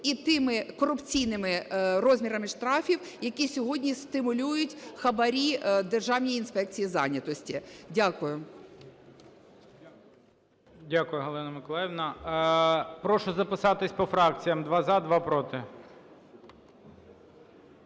і тими корупційними розмірами штрафів, які сьогодні стимулюють хабарі Державній інспекції зайнятості. Дякую. ГОЛОВУЮЧИЙ. Дякую, Галина Миколаївна. Прошу записатися по фракціям: два – за, два – проти.